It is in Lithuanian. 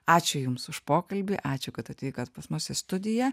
ačiū jums už pokalbį ačiū kad atvykot pas mus į studiją